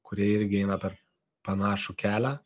kurie irgi eina per panašų kelią